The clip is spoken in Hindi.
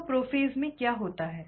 तो प्रोफ़ेज़ में क्या होता है